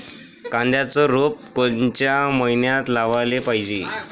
कांद्याचं रोप कोनच्या मइन्यात लावाले पायजे?